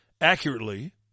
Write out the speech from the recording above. accurately